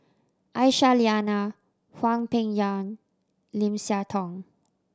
Aisyah Lyana Hwang Peng Yuan Lim Siah Tong